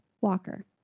walker